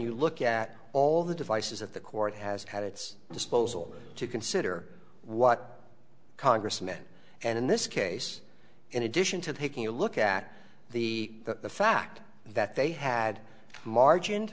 you look at all the devices that the court has had its disposal to consider what congress men and in this case in addition to the taking a look at the fact that they had margin